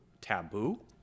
taboo